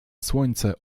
słońce